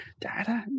da-da